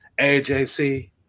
AJC